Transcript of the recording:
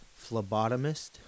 phlebotomist